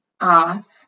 off